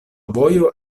vojo